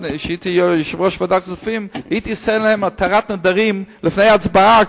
כשהייתי יושב-ראש ועדת הכספים הייתי עושה להם התרת נדרים לפני ההצבעה,